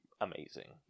amazing